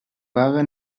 paga